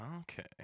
okay